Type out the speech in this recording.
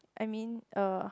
I mean uh